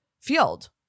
field